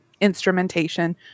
instrumentation